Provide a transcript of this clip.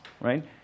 right